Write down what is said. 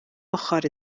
ochr